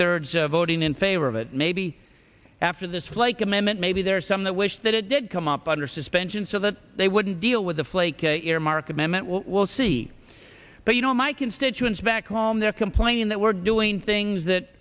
thirds of voting in favor of it maybe after this flake amendment maybe there's some the wish that it did come up under suspension so that they wouldn't deal with the flaky earmark amendment will see but you know my constituents back home they're complaining that we're doing things that